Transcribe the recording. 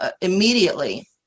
immediately